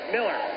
Miller